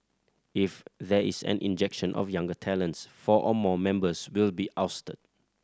if there is an injection of younger talents four or more members will be ousted